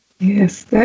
Yes